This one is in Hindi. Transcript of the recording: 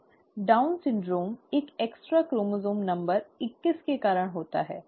डाउन सिंड्रोम एक अतिरिक्त गुणसूत्र संख्या इक्कीस के कारण होता है